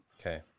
Okay